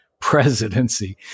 Presidency